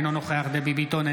אינו נוכח דבי ביטון,